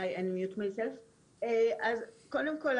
אז קודם כל,